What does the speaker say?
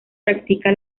practica